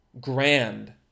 grand